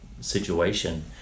situation